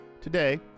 Today